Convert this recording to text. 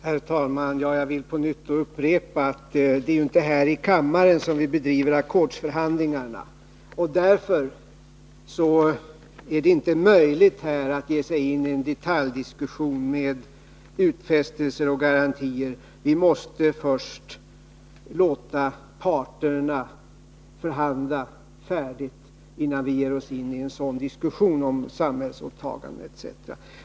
Herr talman! Jag vill på nytt framhålla att det ju inte är här i kammaren som vi bedriver ackordsförhandlingar. Det är därför inte möjligt att här ge sig ini en detaljdiskussion med utfästelser och garantier. Vi måste låta parterna förhandla färdigt innan vi ger oss in i en sådan diskussion om samhällsåtagande etc.